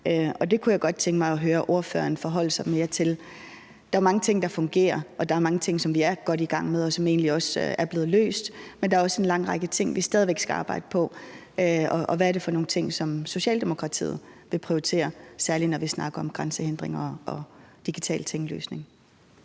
og det kunne jeg godt tænke mig høre ordføreren forholde sig mere til. Der er mange ting, der fungerer, og der er mange ting, som vi er godt i gang med, og som egentlig også er blevet løst, men der er også en lang række ting, vi stadig væk skal arbejde på. Hvad er det for nogle ting, som Socialdemokratiet vil prioritere, særlig når vi taler om grænsehindringer og digital tinglysning?